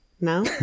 no